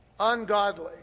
ungodly